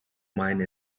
mine